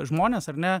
žmones ar ne